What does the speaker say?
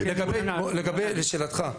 לשאלתך,